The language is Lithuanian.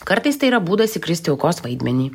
kartais tai yra būdas įkrist į aukos vaidmenį